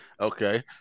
Okay